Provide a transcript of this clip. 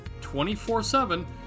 24-7